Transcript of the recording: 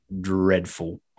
dreadful